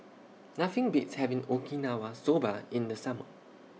Nothing Beats having Okinawa Soba in The Summer